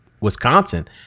Wisconsin